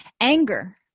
Anger